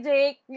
Jake